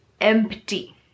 empty